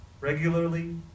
regularly